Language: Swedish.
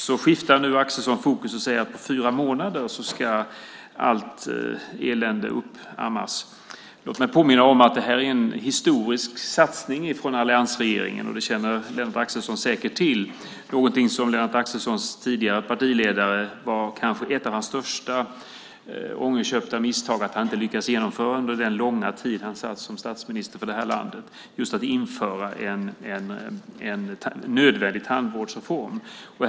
Nu skiftar Axelsson fokus och säger att på fyra månader ska allt elände ha uppammats. Låt mig påminna om att det här är en historisk satsning från alliansregeringens sida. Det känner Lennart Axelsson säkert till. Det var kanske ett av Lennart Axelssons tidigare partiledares största misstag, ångerköpt därtill, att han inte lyckades införa just en nödvändig tandvårdsreform under den långa tid som han satt som statsminister för det är landet.